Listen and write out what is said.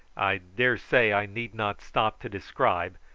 i dare say, i need not stop to describe,